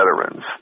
veterans